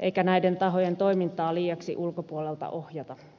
eikä näiden tahojen toimintaa liiaksi ulkopuolelta ohjata